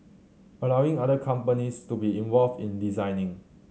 allowing other companies to be involved in designing